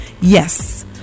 Yes